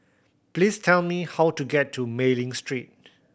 please tell me how to get to Mei Ling Street